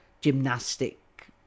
gymnastic